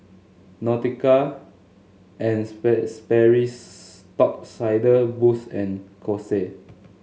Nautica and Sperry's Top Sider Boost and Kose